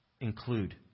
include